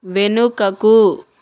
వెనుకకు